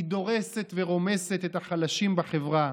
היא דורסת ורומסת את החלשים בחברה,